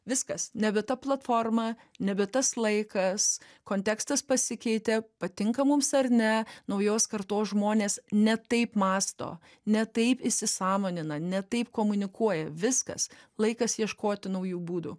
viskas nebe ta platforma nebe tas laikas kontekstas pasikeitė patinka mums ar ne naujos kartos žmonės ne taip mąsto ne taip įsisąmonina ne taip komunikuoja viskas laikas ieškoti naujų būdų